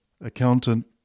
accountant